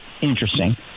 interesting